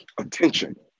attention